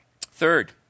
Third